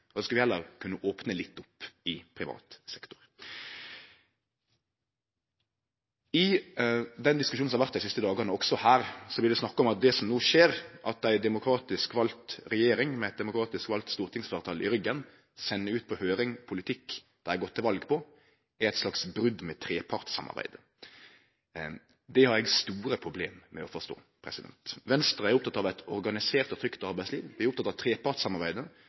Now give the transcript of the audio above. heller opne litt opp i privat sektor. I den diskusjonen som har vore dei siste dagane også her, vart det snakka om at det som no skjer – at ei demokratisk vald regjering med eit demokratisk valt stortingsfleirtal i ryggen sender ut på høyring politikk dei har gått til val på – er eit slags brot på trepartssamarbeidet. Det har eg store problem med å forstå. Venstre er oppteke av eit organisert og trygt arbeidsliv, vi er opptekne av trepartssamarbeidet